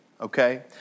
okay